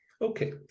Okay